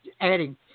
Adding